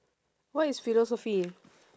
what is philosophy